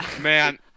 Man